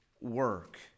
work